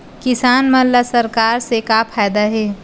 किसान मन ला सरकार से का फ़ायदा हे?